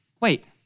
wait